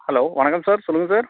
hello வணக்கம் sir சொல்லுங்கள் sir